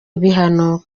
ibihano